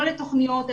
לא לתוכניות,